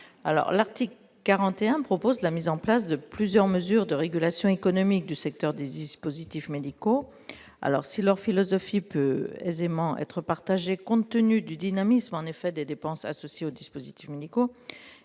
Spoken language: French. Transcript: L'article 41 met en place plusieurs mesures de régulation économique du secteur des dispositifs médicaux. Si leur philosophie peut aisément être partagée compte tenu du dynamisme des dépenses associées à ces dispositifs,